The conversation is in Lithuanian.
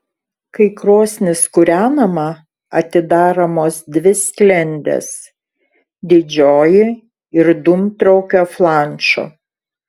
kai krosnis kūrenama atidaromos dvi sklendės didžioji ir dūmtraukio flanšo